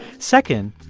second,